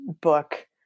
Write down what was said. book